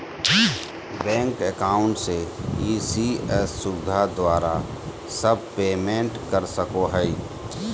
bank account से ECS सुविधा द्वारा सब पेमेंट कर सको हइ